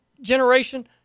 generation